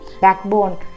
backbone